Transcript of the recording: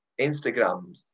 Instagram